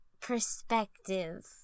perspective